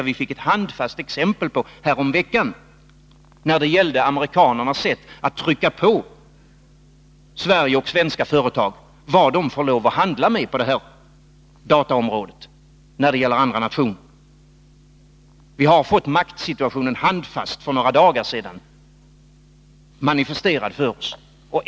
Vi fick ett handfast exempel häromveckan på amerikanarnas sätt att trycka på Sverige och svenska företag när det gäller vad de får lov att saluföra på dataområdet till andra nationer. Vi har fått maktsituationen handfast manifesterad för oss för några dagar sedan.